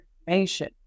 information